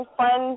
fun